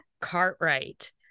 Cartwright